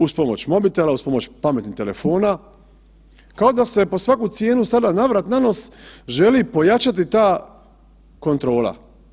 Uz pomoć mobitela, uz pomoć pametnih telefona, kao da se pod svaku cijenu sada navrat nanos želi pojačati ta kontrola.